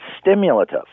stimulative